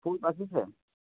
ফুল বাচিছে